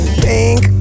pink